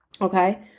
Okay